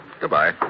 Goodbye